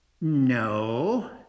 no